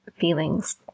feelings